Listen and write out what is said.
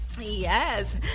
Yes